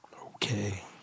Okay